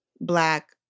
Black